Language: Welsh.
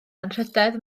anrhydedd